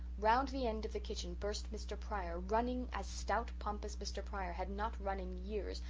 round the end of the kitchen burst mr. pryor, running as stout, pompous mr. pryor had not run in years,